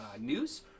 news